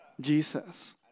jesus